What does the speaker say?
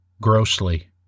grossly